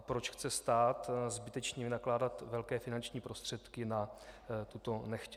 Proč chce stát zbytečně vynakládat velké finanční prostředky na tuto nechtěnou stavbu?